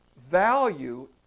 value